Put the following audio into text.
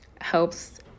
helps